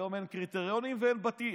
היום אין קריטריונים ואין בטיח,